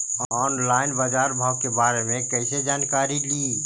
Online बाजार भाव के बारे मे कैसे जानकारी ली?